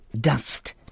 Dust